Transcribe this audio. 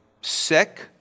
sick